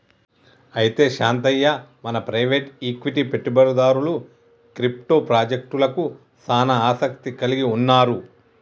అయితే శాంతయ్య మన private equity పెట్టుబడిదారులు క్రిప్టో పాజెక్టలకు సానా ఆసత్తి కలిగి ఉన్నారు